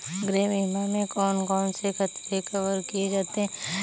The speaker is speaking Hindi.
गृह बीमा में कौन कौन से खतरे कवर किए जाते हैं?